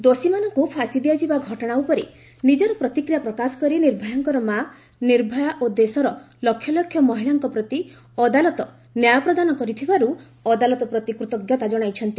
ଦୋଷୀମାନଙ୍କୁ ଫାଶୀ ଦିଆଯିବା ଘଟଣା ଉପରେ ନିଜର ପ୍ରତିକ୍ରିୟା ପ୍ରକାଶ କରି ନିର୍ଭୟାଙ୍କର ମାଆ ନିର୍ଭୟା ଓ ଦେଶର ଲକ୍ଷ ଲକ୍ଷ ମହିଳାଙ୍କ ପ୍ରତି ଅଦାଲତ ନ୍ୟାୟ ପ୍ରଦାନ କରିଥିବାରୁ ଅଦାଲତ ପ୍ରତି କୃତଜ୍ଞତା କଣାଇଛନ୍ତି